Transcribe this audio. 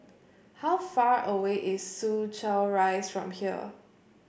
how far away is Soo Chow Rise from here